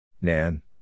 Nan